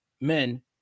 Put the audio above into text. men